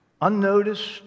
unnoticed